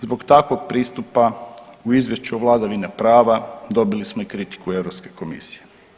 Zbog takvog pristupa u izvješću o vladavini prava dobili smo i kritiku Europske komisije.